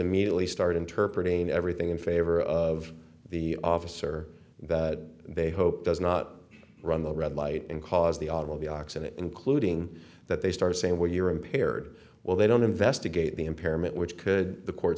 immediately start interpretation everything in favor of the officer that they hope does not run the red light and cause the automobile accident including that they start saying where you're impaired well they don't investigate the impairment which could the court